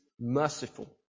merciful